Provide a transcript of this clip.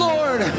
Lord